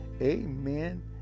Amen